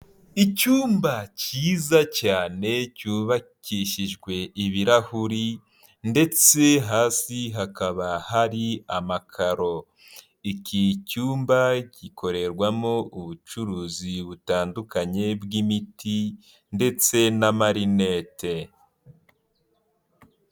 Icyumba kiza cyane cyubakishijwe ibirahuri ndetse hasi hakaba hari amakaro, iki cyumba gikorerwamo ubucuruzi butandukanye bw'imiti ndetse n'amarinete.